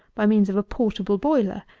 by means of a portable boiler,